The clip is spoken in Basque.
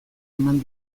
eman